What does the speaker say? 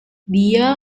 dia